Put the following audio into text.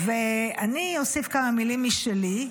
--- ואני אוסיף כמה מילים משלי,